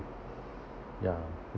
ya